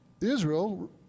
Israel